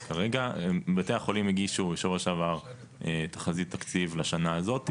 כרגע בתי החולים הגישו בשבוע שעבר תחזית תקציב לשנה הזאת.